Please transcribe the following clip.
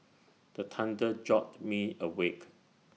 the thunder jolt me awake